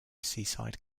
seaside